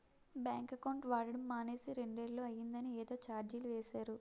bank account వాడడం మానేసి రెండేళ్ళు అయిందని ఏదో చార్జీలు వేసేరు